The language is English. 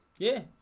yeah.